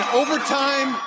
overtime